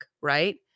right